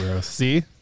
See